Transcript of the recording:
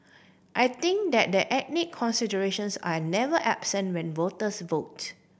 I think that that ethnic considerations are never absent when voters vote